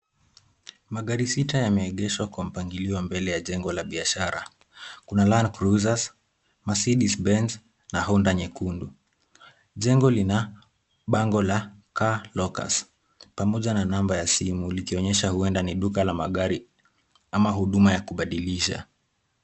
Magari sita yameegeshwa kwa mpangilio mbele ya jengo la biashara. Kuna Land cruisers, Mercedez benz na Honda nyekundu. Jengo lina bango la car lockers pamoja na namba ya simu likionyesha huenda ni duka la magari ama huduma ya kubadilisha.